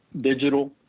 digital